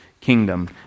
kingdom